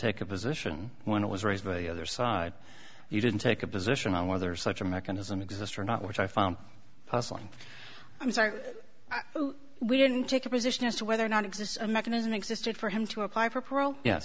take a position when it was raised by the other side you didn't take a position on whether such a mechanism exists or not which i found puzzling i'm sorry we didn't take a position as to whether or not exist a mechanism existed for him to apply for parole ye